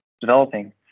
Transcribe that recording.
developing